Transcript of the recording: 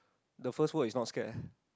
the first word is not scared eh